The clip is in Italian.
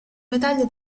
medaglie